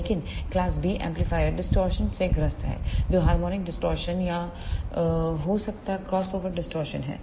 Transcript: लेकिन class B amplifier distortion से ग्रस्त है जो हार्मोनिक डिस्टॉर्शन या हो सकता क्रॉसओवर डिस्टॉर्शन है